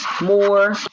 more